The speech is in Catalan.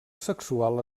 sexual